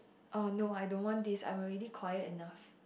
eh no I don't want this I'm already quiet enough